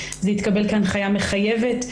זה התקבל כהנחיה מחייבת,